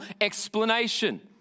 explanation